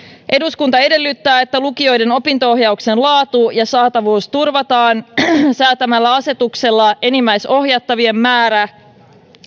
eduskunta edellyttää että lukioiden opinto ohjauksen laatu ja saatavuus turvataan säätämällä asetuksella enimmäisohjattavien määrä